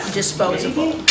disposable